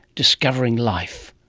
discovering life.